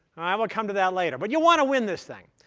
we'll come to that later. but you want to win this thing.